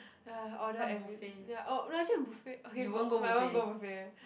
ya order any ya oh no actually buffet okay but I won't go buffet